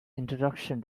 introduction